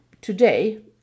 today